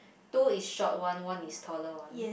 two is short one one is taller one